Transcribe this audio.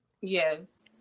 Yes